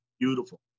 beautiful